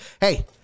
Hey